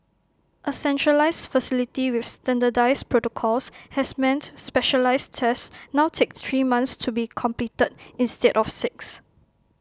A centralised facility with standardised protocols has meant specialised tests now take three months to be completed instead of six